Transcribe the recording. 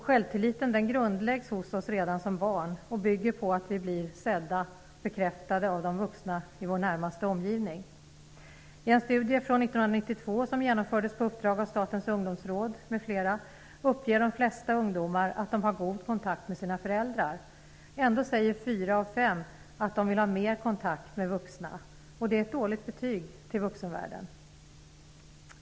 Självtilliten grundläggs hos oss redan som barn och bygger på att vi blir sedda och bekräftade av de vuxna i vår närmaste omgivning. I en studie från 1992, som genomfördes på uppdrag av Statens ungdomsråd m.fl., uppger de flesta ungdomar att de har god kontakt med sina föräldrar. Ändå säger fyra av fem att de vill ha mer kontakt med vuxna. Det är ett dåligt betyg till vuxenvärlden.